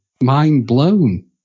mind-blown